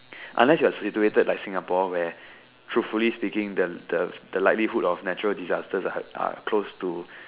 unless you're situated like Singapore where truthfully speaking the the the likelihood of natural disasters are are close to